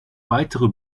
weitere